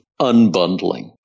unbundling